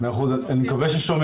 אני פעם